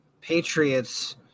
Patriots